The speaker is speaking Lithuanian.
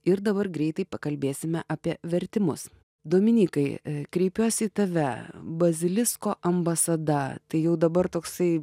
ir dabar greitai pakalbėsime apie vertimus dominykai kreipiuosi į tave bazilisko ambasada tai jau dabar toksai